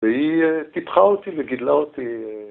‫והיא פיתחה אותי וגידלה אותי.